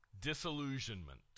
disillusionment